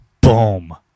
Boom